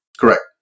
Correct